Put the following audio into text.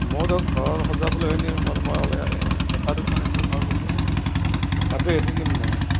মোৰ ধৰক ঘৰ সজাবলৈহে নিম আৰু মই হ'লে এটা দুটা নিনিও নহয় পুলি নিম মই